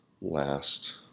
last